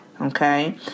okay